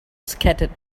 scattered